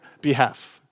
behalf